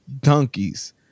Donkeys